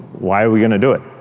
why are we going to do it?